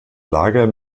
lager